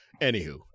Anywho